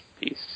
Peace